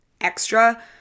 extra